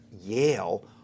Yale